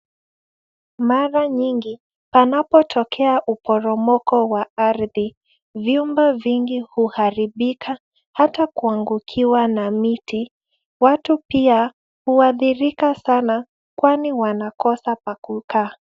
Mara nyingi panatokea uporomoko wa ardhi ,vyumba vingi huharibika hata kuangukiwa na miti. Watu pia huadhirika sana kwani wanakosa pa kukaa.